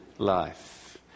life